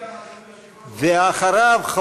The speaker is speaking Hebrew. ואחריו,